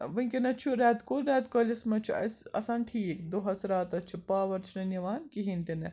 وُنکیٚس چھُ ریٚتہٕ کول ریٚتہٕ کالِس منٛز چھُ اسہِ آسان ٹھیٖک دۄہَس راتَس چھِ پاوَر چھِنہٕ نِوان کِہیٖنۍ تہِ نہٕ